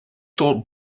thought